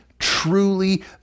truly